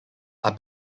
are